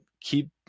keep